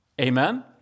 Amen